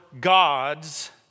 gods